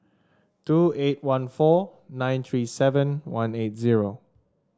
two eight one four nine three seven one eight zero